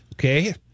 Okay